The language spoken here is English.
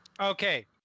Okay